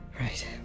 right